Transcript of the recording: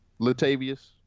Latavius